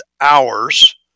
hours